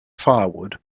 firewood